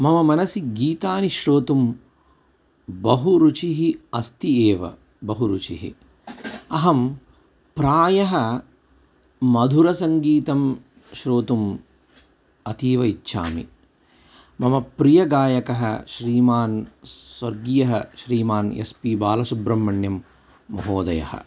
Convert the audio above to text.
मम मनसि गीतानि श्रोतुं बहु रुचिः अस्ति एव बहु रुचिः अहं प्रायः मधुरसङ्गीतं श्रोतुम् अतीव इच्छामि मम प्रियः गायकः श्रीमान् स्वर्गीयः श्रीमान् एस्पि बालसुब्रमह्मण्यं महोदयः